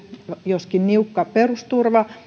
joskin niukka perusturva